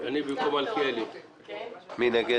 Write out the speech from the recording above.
מי נגד?